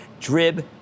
Drib